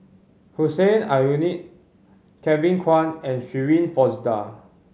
Hussein Aljunied Kevin Kwan and Shirin Fozdar